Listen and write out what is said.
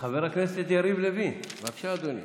חבר הכנסת יריב לוין, בבקשה, אדוני.